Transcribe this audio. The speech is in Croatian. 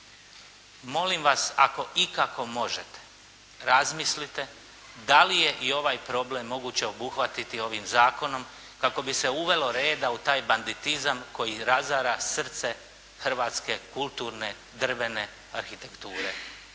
Molim vas ako ikako možete razmislite da li je i ovaj problem moguće obuhvatiti ovim zakonom kako bi se uvelo reda u taj banditizam koji razara srce hrvatske kulturne drvene arhitekture.